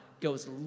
goes